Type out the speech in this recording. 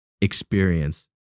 experience